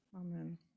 Amen